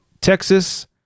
Texas